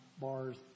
bars